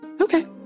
Okay